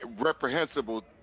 reprehensible